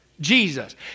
Jesus